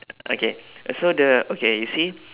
okay so the okay you see